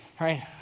right